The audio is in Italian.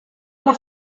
alla